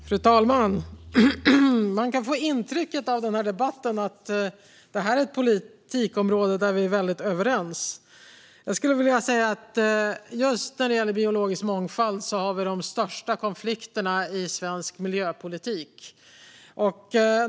Fru talman! Av debatten kan man få intrycket att detta är ett politikområde där vi är väldigt överens. Men jag skulle vilja säga att just när det gäller biologisk mångfald har vi de största konflikterna i svensk miljöpolitik.